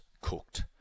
cooked